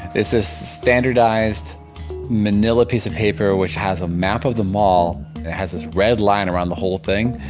it's a standardized manila piece of paper which has a map of the mall, and it has this red line around the whole thing.